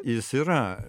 jis yra